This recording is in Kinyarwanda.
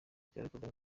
bigaragazwa